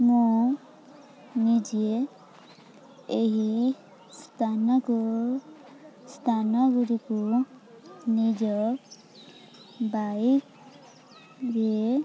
ମୁଁ ନିଜେ ଏହି ସ୍ଥାନକୁ ସ୍ଥାନଗୁଡ଼ିକୁ ନିଜ ବାଇକରେ